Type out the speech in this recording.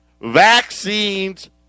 vaccines